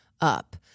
up